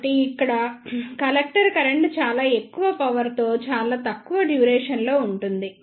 కాబట్టి ఇక్కడ collector current చాలా ఎక్కువ పవర్ తో చాలా తక్కువ డ్యూరేషన్ లో ఉంటుంది